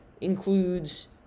includes